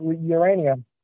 uranium